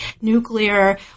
nuclear